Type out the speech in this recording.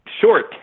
short